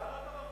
הסרת המחסומים.